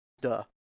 duh